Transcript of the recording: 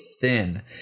thin